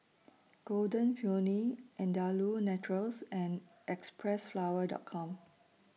Golden Peony Andalou Naturals and Xpressflower Dot Com